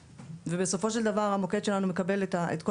בסופו של דבר המוקד שלנו מקבל את כל